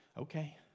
okay